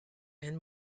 and